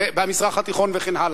במזרח התיכון וכן הלאה.